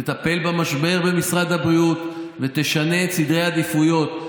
תטפל במשבר במשרד הבריאות ותשנה את סדרי העדיפויות.